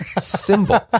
symbol